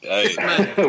Hey